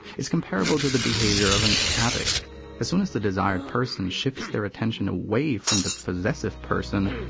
it's comparable to the behavior of an addict as soon as the desired person shifts their attention away from the possessive person,